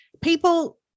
people